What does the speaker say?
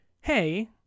hey